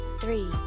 three